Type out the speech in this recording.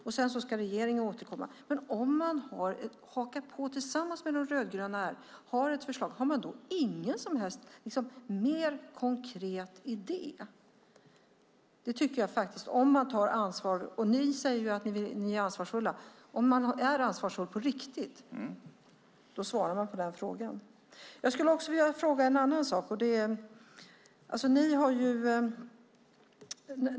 Och sedan ska regeringen återkomma. Om man hakar på de rödgröna och har ett förslag, har man då ingen som helst mer konkret idé? Ni säger att ni är ansvarsfulla, om man är ansvarsfull på riktigt tycker jag faktiskt att man svarar på den frågan. Jag skulle vilja ställa en annan fråga.